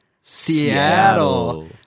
Seattle